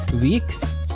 weeks